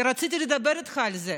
כי רציתי לדבר איתך על זה,